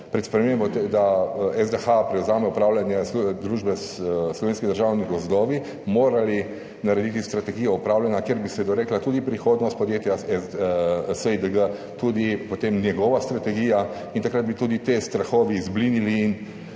pred spremembo, da SDH prevzame upravljanje družbe Slovenski državni gozdovi, morali narediti strategijo upravljanja, kjer bi se dorekla tudi prihodnost podjetja SiDG, tudi potem njegova strategija. Takrat bi se tudi ti strahovi razblinili in